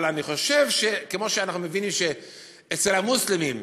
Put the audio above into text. אבל אני חושב שכמו שאנחנו מבינים שאצל המוסלמים,